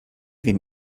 wiem